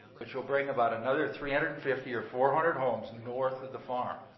which will bring about another three hundred and fifty or four hundred homes north of the farm.